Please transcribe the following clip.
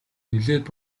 нэлээд